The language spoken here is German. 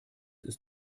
ist